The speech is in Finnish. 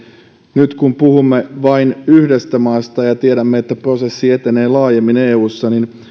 nyt kun puhumme vain yhdestä maasta ja tiedämme että prosessi etenee laajemmin eussa niin